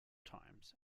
times